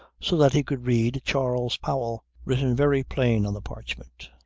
so that he could read charles powell written very plain on the parchment.